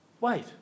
Wait